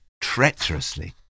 treacherously